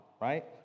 right